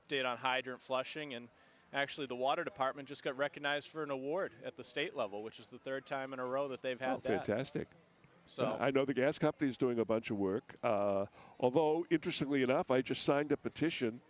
update on hydrant flushing and actually the water department just got recognized for an award at the state level which is the third time in a row that they've had it tested so i know the gas companies doing a bunch of work although it recently enough i just signed a petition